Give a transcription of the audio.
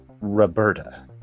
Roberta